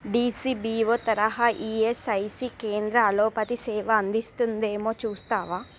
DCBO తరహా ESIC కేంద్రాల్లో ప్రతి సేవ అందిస్తుందేమో చూస్తావా